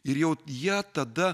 ir jau jie tada